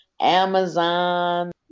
Amazon